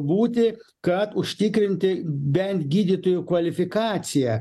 būti kad užtikrinti bent gydytojų kvalifikaciją